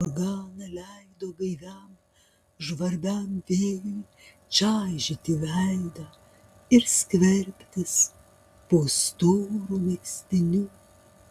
morgana leido gaiviam žvarbiam vėjui čaižyti veidą ir skverbtis po storu megztiniu